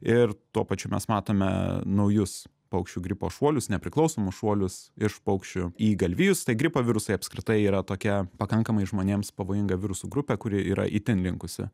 ir tuo pačiu mes matome naujus paukščių gripo šuolius nepriklausomus šuolius iš paukščių į galvijus tai gripo virusai apskritai yra tokia pakankamai žmonėms pavojinga virusų grupė kuri yra itin linkusi